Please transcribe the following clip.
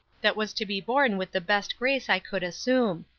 that was to be borne with the best grace i could assume.